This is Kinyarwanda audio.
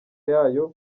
yayo